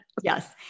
Yes